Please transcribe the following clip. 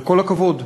וכל הכבוד,